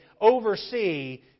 oversee